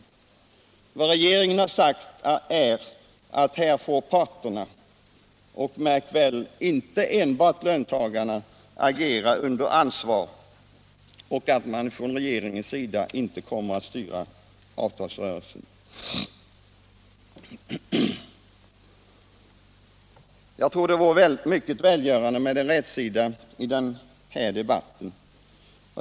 Vad regeringen har sagt är att här får parterna — märk väl inte enbart löntagarna — agera under ansvar och att man från regeringens sida inte kommer att styra avtalsrörelsen. Jag tror att det vore mycket välgörande att få rätsida på den här debatten.